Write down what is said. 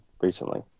recently